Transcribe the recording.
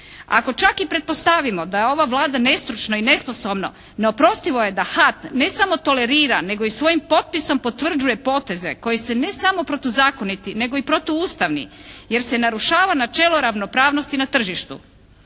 Ako čak i pretpostavimo da je ova Vlada nestručna i nesposobna neoprostivo je da HAT ne samo tolerira nego i svojim potpisom potvrđuje poteze koji su ne samo protuzakoniti nego i protuustavni. Jer se narušava načelo ravnopravnosti na tržištu.